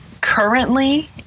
currently